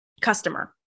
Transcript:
customer